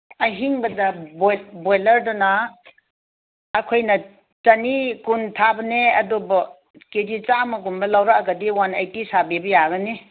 ꯑꯍꯤꯡꯕ ꯕ꯭ꯔꯣꯏꯂꯔꯗꯅ ꯑꯩꯈꯣꯏꯅ ꯆꯅꯤ ꯀꯨꯟ ꯊꯥꯕꯅꯦ ꯑꯗꯨꯕꯨ ꯀꯦꯖꯤ ꯆꯥꯝꯝꯒꯨꯕ ꯂꯧꯔꯛꯑꯒꯗꯤ ꯋꯥꯟ ꯑꯩꯇꯤ ꯁꯥꯕꯤꯕ ꯌꯥꯒꯅꯤ